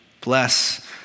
Bless